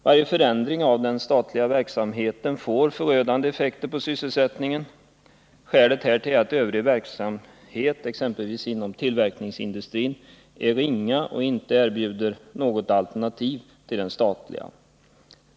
Varje förändring av den statliga verksamheten får förödande effekter för sysselsättningen. Skälet härtill är att övrig verksamhet, exempelvis inom tillverkningsindustrin, är ringa och inte erbjuder något alternativ till den statliga.